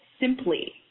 simply